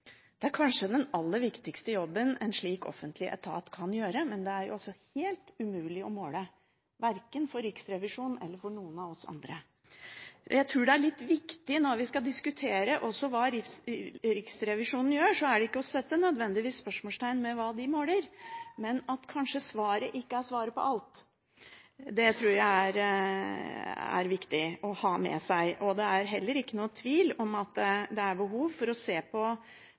det er kanskje den aller viktigste jobben et slik offentlig etat kan gjøre, men det er altså helt umulig å måle, både for Riksrevisjonen og for noen av oss andre. Jeg tror det er viktig også når vi skal diskutere hva Riksrevisjonen gjør, at vi ikke nødvendigvis setter spørsmålstegn ved hva de måler, men at svaret kanskje ikke er svaret på alt. Det tror jeg det er viktig å ha med seg. Det er heller ingen tvil om at det er behov for å se på